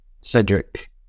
Cedric